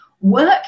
work